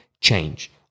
change